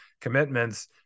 commitments